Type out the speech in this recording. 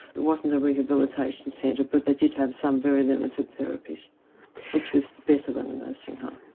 it wasn't a rehabilitation centre but they did have some very limited therapies which was better than a nursing home.